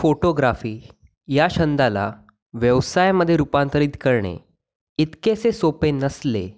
photography या छंदाला व्यवसायामध्ये रुपांतरित करणे इतकेसे सोपे नसले